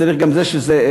וצריך שגם זה ייאמר.